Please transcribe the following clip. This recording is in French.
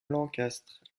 lancastre